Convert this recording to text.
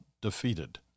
defeated